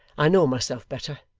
i know myself better,